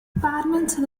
badminton